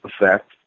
effect